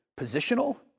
positional